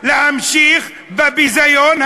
להשליך אותם בצורה שמבזה את הבית הזה.